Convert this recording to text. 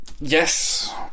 Yes